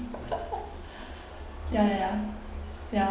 ya ya ya ya